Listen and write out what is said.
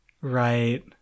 Right